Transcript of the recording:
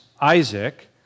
Isaac